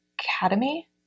Academy